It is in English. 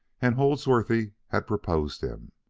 and holdsworthy had proposed him.